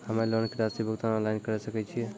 हम्मे लोन के रासि के भुगतान ऑनलाइन करे सकय छियै?